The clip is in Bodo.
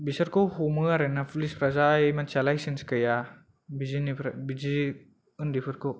बिसोरखौ हमो आरोना पुलिसफ्रा जाय मानसिया लायसेन्स गैया बिदिनिफ्राय बिदि उन्दै फोरखौ